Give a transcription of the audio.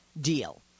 deal